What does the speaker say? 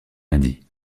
lundi